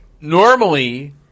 normally